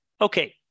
Okay